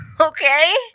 Okay